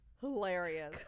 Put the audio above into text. hilarious